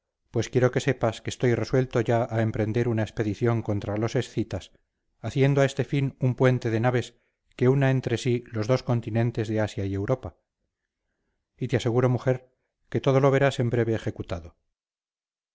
pues quiero que sepas que estoy resuelto ya a emprender una expedición contra los escitas haciendo a este fin un puente de naves que una entre sí los dos continentes de asia y europa y te aseguro mujer que todo lo verás en breve ejecutado